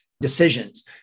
Decisions